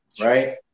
Right